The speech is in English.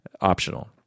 optional